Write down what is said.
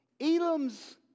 Elam's